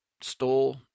stole